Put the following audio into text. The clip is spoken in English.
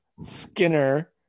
Skinner